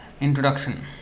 Introduction